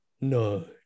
no